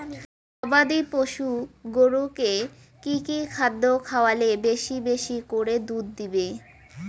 গবাদি পশু গরুকে কী কী খাদ্য খাওয়ালে বেশী বেশী করে দুধ দিবে?